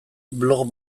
blog